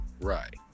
Right